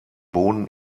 boden